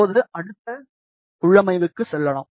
இப்போது அடுத்த உள்ளமைவுக்கு செல்லலாம்